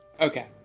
Okay